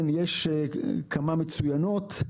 יש כמה מצוינות,